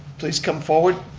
please come forward.